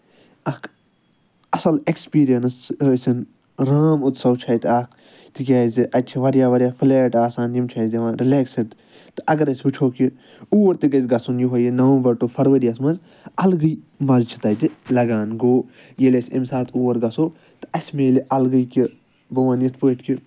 اکھ اَصٕل اٮ۪کٕسپِرینٕس ٲسِن رام اُتسو چھُ اَتہِ اکھ تِکیازِ اَتہِ چھِ واریاہ واریاہ فٕلیٹ آسان یِم چھِ اَسہِ دِوان رِلٮ۪کسٕڈ تہٕ اَگر أسۍ وٕچھو کہِ اور تہِ گژھِ گژھُن یِہوٚے یہِ نَومبر ٹُہ فرؤرِیَس منٛز اَلگٕے مَزٕ چھُ تَتہِ لَگان گوٚو ییٚلہِ أسۍ اَمہِ ساتہٕ اور گژھو تہٕ اَسہِ مِلہِ اَلگٕے کہِ بہٕ وَنہٕ یِتھ پٲٹھۍ کہِ